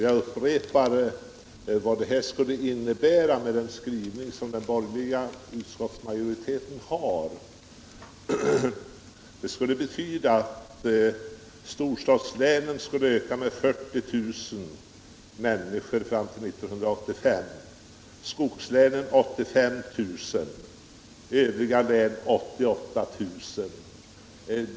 Jag upprepar att den borgerliga utskottsmajoritetens skrivning skulle betyda att storstadslänen skulle öka med 40 000 människor fram till 1985, skogslänen med 85 000 människor och övriga län med 88 000.